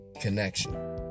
connection